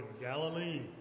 Galilee